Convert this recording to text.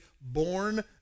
born